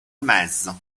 mezzo